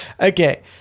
okay